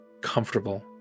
comfortable